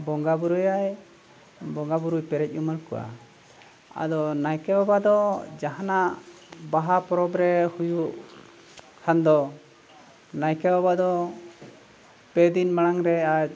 ᱵᱚᱸᱜᱟ ᱵᱩᱨᱩᱭᱟᱭ ᱵᱚᱸᱜᱟ ᱵᱩᱨᱩᱭ ᱯᱮᱨᱮᱡ ᱩᱢᱟᱱ ᱠᱚᱣᱟᱭ ᱟᱫᱚ ᱱᱟᱭᱠᱮ ᱵᱟᱵᱟ ᱫᱚ ᱡᱟᱦᱟᱱᱟᱜ ᱵᱟᱦᱟ ᱯᱚᱨᱚᱵᱽ ᱨᱮ ᱦᱩᱭᱩᱜ ᱠᱷᱟᱱ ᱫᱚ ᱱᱟᱭᱠᱮ ᱵᱟᱵᱟ ᱫᱚ ᱯᱮ ᱫᱤᱱ ᱢᱟᱲᱟᱝ ᱨᱮ ᱟᱡ